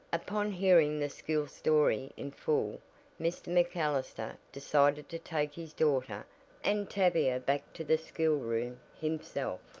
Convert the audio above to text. upon hearing the school story in full mr. macallister decided to take his daughter and tavia back to the school room himself,